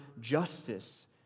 justice